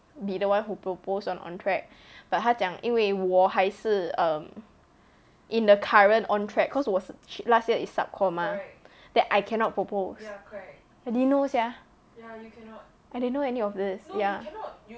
be the one who propose on ontrac but 她讲因为我还是 um in the current ontrac cause 我是去 last year is sub comm mah then I cannot propose I didn't know [sial] I didn't know any of this ya